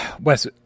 wes